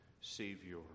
Savior